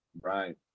right